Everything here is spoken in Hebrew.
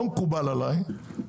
לא מקובל עליי,